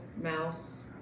mouse